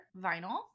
vinyl